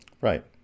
Right